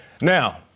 Now